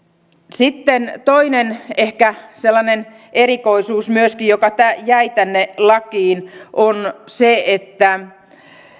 sitten ehkä toinen sellainen erikoisuus myöskin joka jäi tänne lakiin on se että